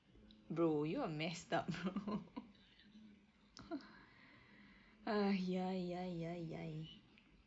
bro you are messed up bro uh !yay! !yay! !yay! !yay!